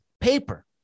Paper